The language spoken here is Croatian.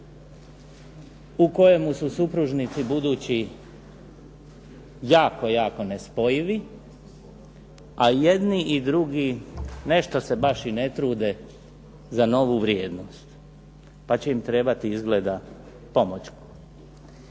u kojemu su supružnici budući jako nespojivi ali jedni i drugi nešto se baš ne trude za novu vrijednost pa će im trebati izgleda pomoć.